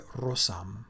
rosam